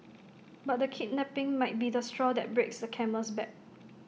but the kidnapping might be the straw that breaks the camel's back